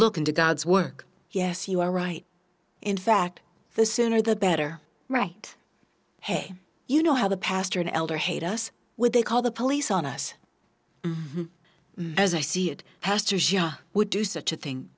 look into god's work yes you are right in fact the sooner the better right hey you know how the pastor and elder hate us when they call the police on us as i see it hastert would do such a thing